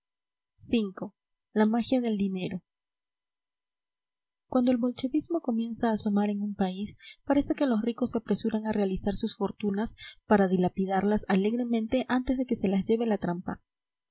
v la magia del dinero cuando el bolchevismo comienza a asomar en un país parece que los ricos se apresuran a realizar sus fortunas para dilapidarlas alegremente antes de que se las lleve la trampa